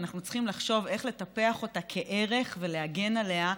ואנחנו צריכים לחשוב איך לטפח אותה כערך ולהגן עליה,